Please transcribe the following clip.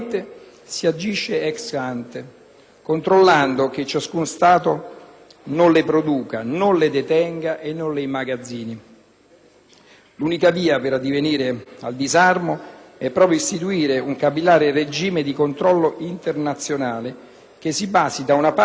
L'unica via per addivenire al disarmo è proprio quella di istituire un capillare regime di controllo internazionale, che si basi, da una parte, sulle dichiarazioni degli Stati membri, e, dall'altra, su attive verifiche sul territorio della veridicità delle dichiarazioni stesse.